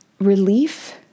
relief